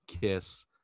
kiss